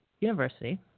university